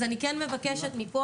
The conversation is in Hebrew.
אז אני כן מבקשת מפה,